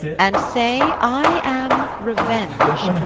and say i am revenge,